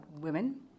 women